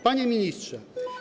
Panie Ministrze!